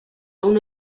una